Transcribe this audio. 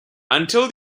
until